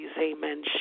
amen